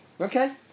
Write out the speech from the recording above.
Okay